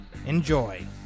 Enjoy